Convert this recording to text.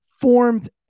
formed